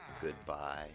goodbye